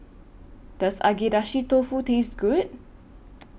Does Agedashi Dofu Taste Good